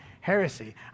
heresy